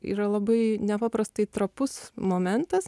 yra labai nepaprastai trapus momentas